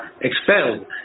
expelled